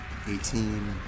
18